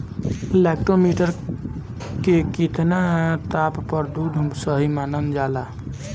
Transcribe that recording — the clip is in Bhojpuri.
लैक्टोमीटर के कितना माप पर दुध सही मानन जाला?